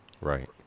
Right